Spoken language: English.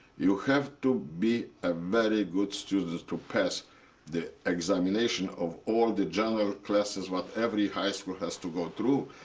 you have to be a very good student to pass the examination of all the general classes, what every high school has to go through.